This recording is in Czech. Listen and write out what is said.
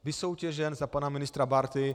Vysoutěžen za pana ministra Bárty!